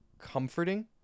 comforting